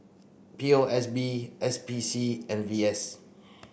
P O S B S P C and V S